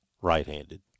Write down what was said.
right-handed